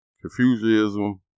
confucianism